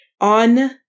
on